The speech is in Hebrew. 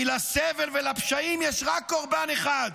כי לסבל ולפשעים יש רק קורבן אחד,